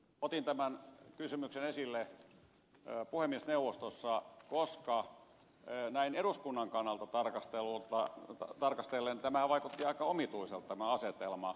otin tämän kysymyksen esille puhemiesneuvostossa koska näin eduskunnan kannalta tarkastellen tämä asetelma vaikutti aika omituiselta